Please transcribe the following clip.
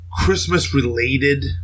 Christmas-related